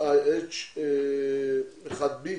HIH1B,